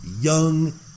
young